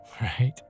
right